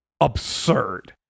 absurd